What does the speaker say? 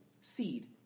seed